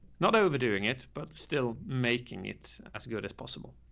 not overdoing it, but still making it as good as possible.